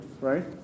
right